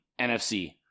NFC